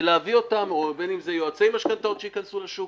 ולהביא אותם או בין אם זה יועצי משכנתאות שייכנסו לשוק.